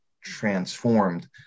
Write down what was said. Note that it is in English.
transformed